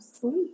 sleep